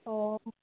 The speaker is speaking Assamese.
অঁ